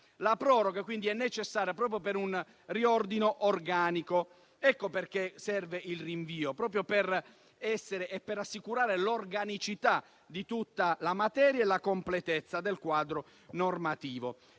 La proroga, quindi, è necessaria per un riordino organico. Ecco perché serve il rinvio, proprio per assicurare l'organicità di tutta la materia e la completezza del quadro normativo.